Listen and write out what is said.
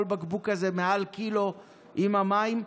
כל בקבוק כזה, מעל קילו עם המים.